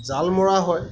জাল মৰা হয়